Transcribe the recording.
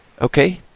Okay